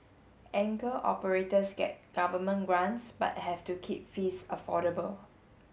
anchor operators get government grants but have to keep fees affordable